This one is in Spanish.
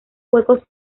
huecos